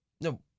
No